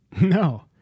No